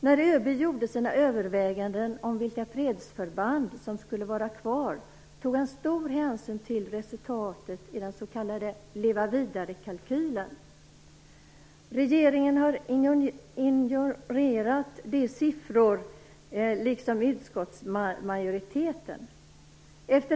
När ÖB gjorde sina överväganden om vilka fredsförband som skulle vara kvar tog han stor hänsyn till resultatet i den s.k. Leva-vidare-kalkylen. Regeringen har, liksom utskottsmajoriteten, ignorerat de siffrorna.